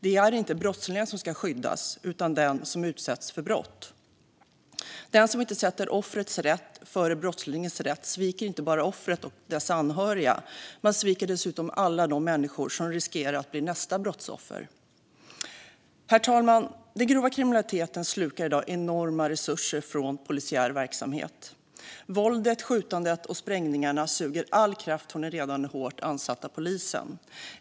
Det är inte brottslingarna som ska skyddas utan den som utsätts för brott. Den som inte sätter offrets rätt före brottslingens rätt sviker inte bara offret och dess anhöriga; den sviker dessutom alla de människor som riskerar att bli nästa brottsoffer. Herr talman! Den grova kriminaliteten slukar i dag enorma resurser inom den polisiära verksamheten. Våldet, skjutandet och sprängningarna suger all kraft ur den redan hårt ansatta polisen.